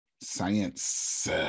Science